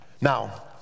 Now